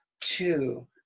Two